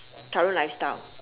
current lifestyle